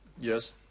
Yes